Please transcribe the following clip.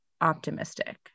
optimistic